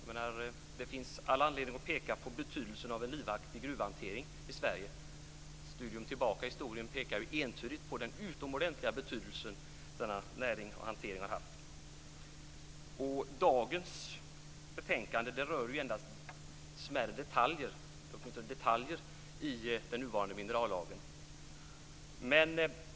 Det finns all anledning att peka på betydelsen av en livaktig gruvhantering i Sverige. Ett studium tillbaka i historien pekar entydigt på den utomordentliga betydelse denna näring och hantering har haft. Dagens betänkande rör endast smärre detaljer i den nuvarande minerallagen.